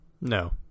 No